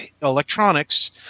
electronics